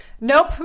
Nope